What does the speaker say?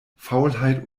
faulheit